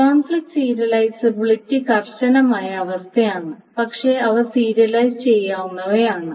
conflict serializability കർശനമായ അവസ്ഥയാണ് പക്ഷേ അവ സീരിയലൈസ് ചെയ്യാവുന്നവയാണ്